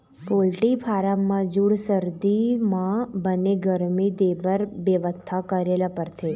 poultry farm म जूड़ सरदी म बने गरमी देबर बेवस्था करे ल परथे